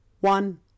one